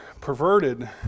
perverted